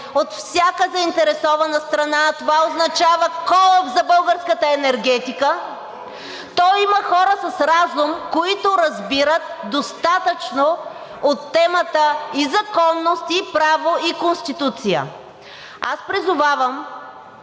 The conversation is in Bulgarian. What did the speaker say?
от всяка заинтересована страна, а това означава колапс за българската енергетика, то има хора с разум, които разбират достатъчно от темата и от законност и право, и Конституция. Аз призовавам